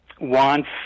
wants